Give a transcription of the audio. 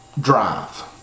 Drive